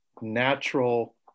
natural